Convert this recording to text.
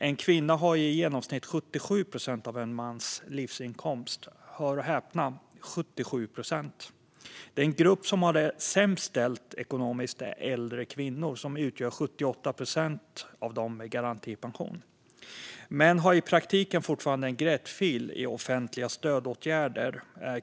En kvinna har i genomsnitt 77 procent av en mans livsinkomst - hör och häpna. Den grupp som har det sämst ställt ekonomiskt är äldre kvinnor, som utgör 78 procent av dem med garantipension. Män har i praktiken fortfarande en gräddfil när det gäller offentliga stödåtgärder.